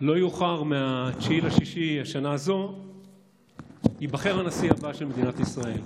לא יאוחר מ-9 ביוני השנה הזאת ייבחר הנשיא הבא של מדינת ישראל.